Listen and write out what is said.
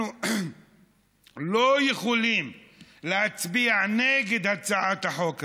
אנחנו לא יכולים להצביע נגד הצעת החוק הזאת,